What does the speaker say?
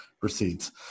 proceeds